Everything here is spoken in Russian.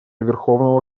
верховного